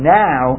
now